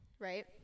right